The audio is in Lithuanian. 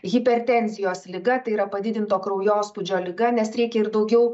hipertenzijos liga tai yra padidinto kraujospūdžio liga nes reikia ir daugiau